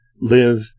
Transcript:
live